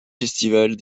festivals